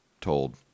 told